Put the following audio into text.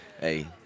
Hey